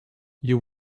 you